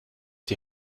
die